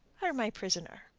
are my prisoner.